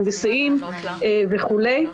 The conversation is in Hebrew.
ההנדסיים וכולי.